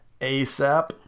ASAP